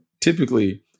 typically